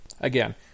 Again